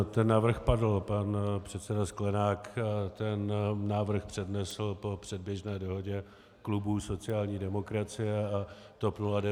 Ten návrh padl, pan předseda Sklenák ten návrh přednesl po předběžné dohodě klubů sociální demokracie a TOP 09.